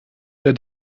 der